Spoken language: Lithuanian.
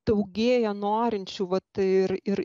daugėja norinčių vat ir ir